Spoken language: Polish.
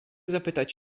zapytać